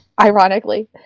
ironically